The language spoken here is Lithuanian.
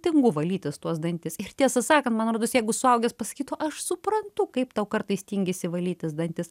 tingu valytis tuos dantis ir tiesą sakant man rodos jeigu suaugęs pasakytų aš suprantu kaip tau kartais tingisi valytis dantis